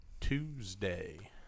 Tuesday